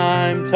Time